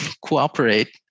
cooperate